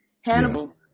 Hannibal